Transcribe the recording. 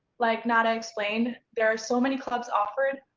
like nada explained, there are so many clubs offered.